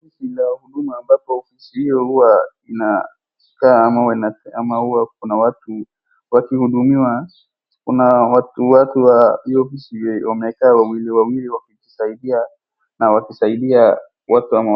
Ofisi la huduma ambapo ofisi hiyo huwa inawahudumu au ina watu wakihudumiwa .Kuna watu wa hiyo osifi wamekaa wawili wakijisaidia au wakisaidia watu ambao wameenda huko.